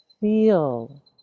feel